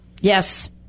Yes